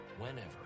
Whenever